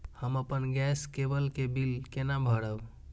हम अपन गैस केवल के बिल केना भरब?